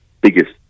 biggest